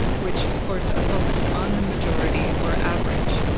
which of course, are focused on the majority or average.